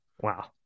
Wow